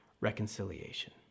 reconciliation